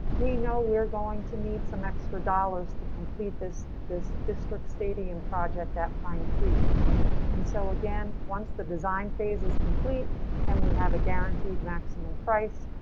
we know we're going to need some extra dollars to complete this. this district stadium project at pine creek and so again, once the design phase is complete and we have a guaranteed maximum price.